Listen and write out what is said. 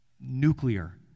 nuclear